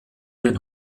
den